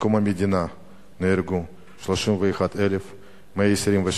מקום המדינה נהרגו 31,127